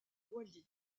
wally